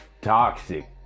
toxic